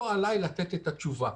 לא עליי לתת את התשובה.